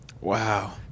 wow